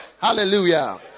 Hallelujah